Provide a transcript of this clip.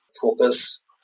focus